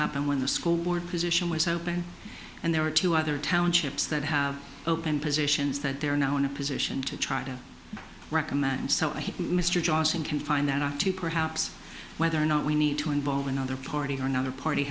happened when the school board position was open and there are two other townships that have open positions that they are now in a position to try to recommend so i think mr johnson can find out how to perhaps whether or not we need to involve another party or another party